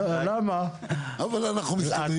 אבל אנחנו מסתדרים.